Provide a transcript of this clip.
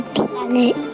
planet